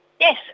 Yes